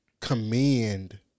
commend